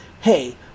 hey